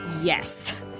Yes